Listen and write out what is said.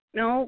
no